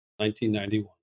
1991